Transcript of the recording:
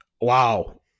Wow